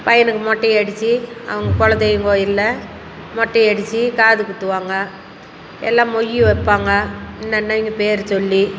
பையனுக்கு மொட்டை அடித்து அவங்க குலதெய்வம் கோவில்ல மொட்டை அடித்து காது குத்துவாங்க எல்லாம் மொய் வைப்பாங்க என்னென்னன்னு பேர் சொல்லி